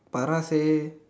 para say